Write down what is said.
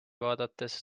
vaadates